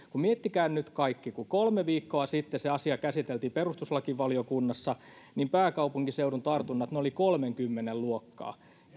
miettikää nyt kaikki kun kolme viikkoa sitten se asia käsiteltiin perustuslakivaliokunnassa niin pääkaupunkiseudun tartunnat olivat kolmenkymmenen luokkaa